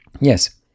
Yes